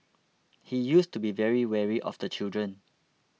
he used to be very wary of the children